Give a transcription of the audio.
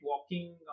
walking